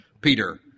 Peter